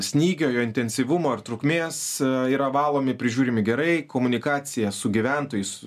snygio jo intensyvumo ir trukmės yra valomi prižiūrimi gerai komunikacija su gyventojais